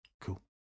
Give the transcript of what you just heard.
cool